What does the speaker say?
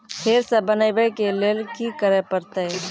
फेर सॅ बनबै के लेल की करे परतै?